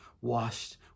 washed